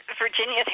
Virginia